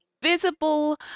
visible